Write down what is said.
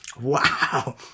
Wow